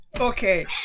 Okay